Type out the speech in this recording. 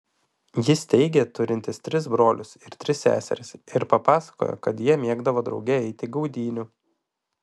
jis teigė turintis tris brolius ir tris seseris ir papasakojo kad jie mėgdavo drauge eiti gaudynių